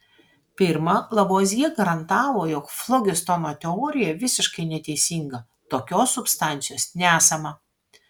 pirma lavuazjė garantavo jog flogistono teorija visiškai neteisinga tokios substancijos nesama